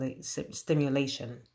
stimulation